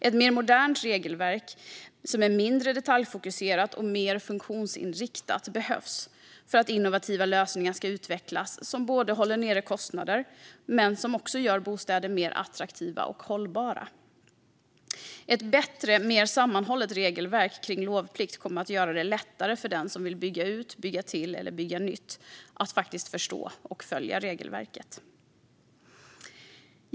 Ett mer modernt regelverk som är mindre detaljfokuserat och mer funktionsinriktat behövs för att det ska utvecklas innovativa lösningar som både håller nere kostnader och gör bostäder mer attraktiva och hållbara. Ett bättre och mer sammanhållet regelverk kring lovplikt kommer att göra det lättare för den som vill bygga ut, bygga till eller bygga nytt att förstå och följa regelverket.